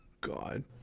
God